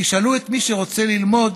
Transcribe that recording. תשאלו את מי שרוצה ללמוד